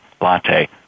latte